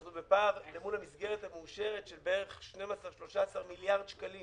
אנחנו בפער מול המסגרת המאושרת של בערך 12 13 מיליארד שקלים